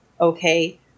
Okay